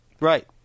Right